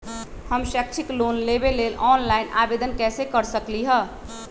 हम शैक्षिक लोन लेबे लेल ऑनलाइन आवेदन कैसे कर सकली ह?